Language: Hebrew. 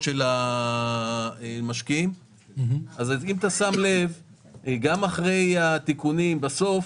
מציג, גם אחרי התיקונים בסוף,